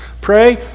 Pray